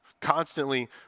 Constantly